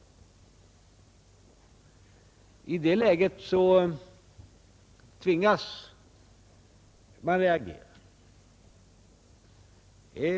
I det läget tvingas man reagera.